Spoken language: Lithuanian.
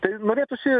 tai norėtųsi